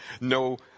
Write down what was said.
no